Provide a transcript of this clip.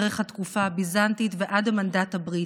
דרך התקופה הביזנטית ועד המנדט הבריטי.